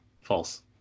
false